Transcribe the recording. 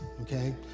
okay